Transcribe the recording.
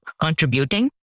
contributing